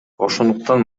ошондуктан